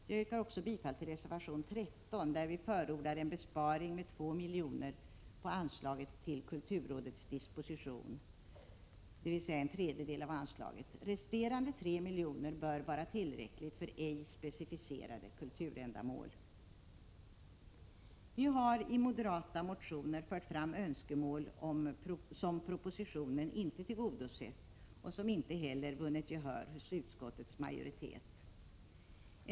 Jag yrkar också bifall till reservation 13, där vi förordar en besparing med 2 milj.kr. på anslaget Till kulturrådets disposition för kulturella ändamål, dvs. en tredjedel av anslaget. Resterande 3 milj.kr. bör vara tillräckligt för ej specificerade kulturändamål. Vi har i motioner från moderata samlingspartiet fört fram önskemål som inte tillgodosetts i propositionen och som inte heller vunnit gehör hos utskottets majoritet.